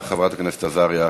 תודה, חברת הכנסת עזריה.